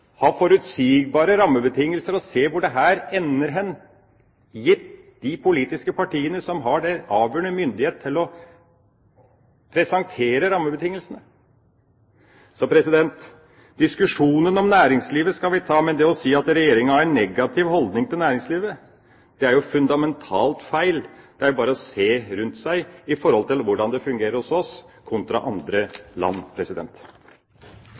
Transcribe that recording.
ha forutsigbare rammebetingelser og se hvor dette ender, gitt de politiske partiene som har avgjørende myndighet til å presentere rammebetingelsene. Diskusjonen om næringslivet skal vi ta, men å si at Regjeringa har en negativ holdning til næringslivet, er jo fundamentalt feil. Det er jo bare å se rundt seg på hvordan det fungerer hos oss kontra i andre land.